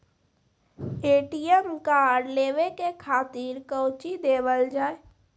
ATM card लेवे के खातिर कौंची देवल जाए?